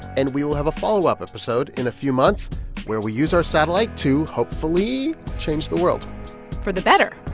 and we will have a follow-up episode in a few months where we use our satellite to hopefully change the world for the better